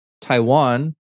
Taiwan